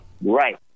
Right